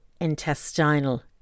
intestinal